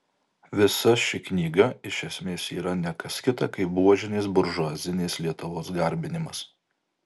visa ši knyga iš esmės yra ne kas kita kaip buožinės buržuazinės lietuvos garbinimas